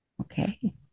okay